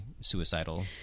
suicidal